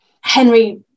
Henry